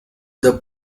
the